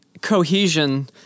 cohesion